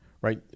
right